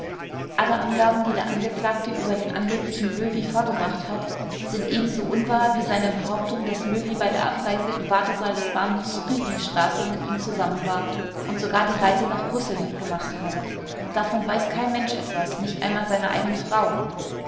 alle angaben die der angeklagte über den angeblichen löwy vorgebracht hat sind ebenso unwahr wie seine behauptung daß löwy bei der abreise im wartesaal des bahnhofs friedrichstraße mit ihm zusammen war und sogar die reise nach brüssel mitgemacht habe davon weiß kein mensch etwas nicht einmal seine eigene frau